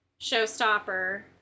Showstopper